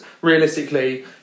realistically